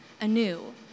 anew